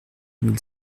mille